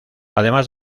además